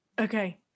Okay